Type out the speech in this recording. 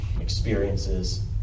experiences